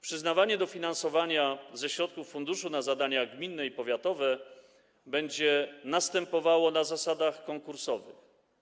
Przyznawanie dofinansowania ze środków funduszu na zadania gminne i powiatowe będzie następowało na zasadach konkursowych.